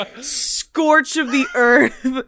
scorch-of-the-earth